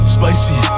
Spicy